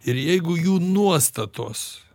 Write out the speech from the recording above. ir jeigu jų nuostatos